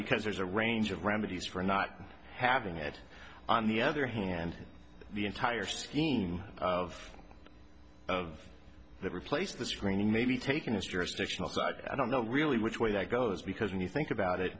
because there's a range of remedies for not having it on the other hand the entire scheme of of that replace the screening maybe taking this jurisdictional side i don't know really which way that goes because when you think about it